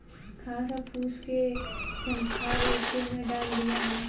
घास आ फूस के झंखार एके में डाल दियाला